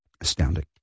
Astounding